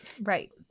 right